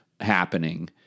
happening